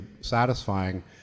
satisfying